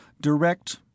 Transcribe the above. direct